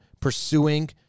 pursuing